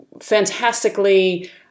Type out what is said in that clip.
fantastically